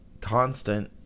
constant